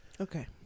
Okay